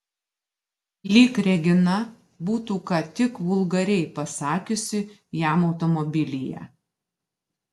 lyg regina būtų ką tik vulgariai pasakiusi jam automobilyje